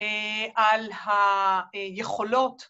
‫על היכולות...